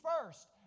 first